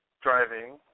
driving